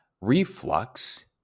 reflux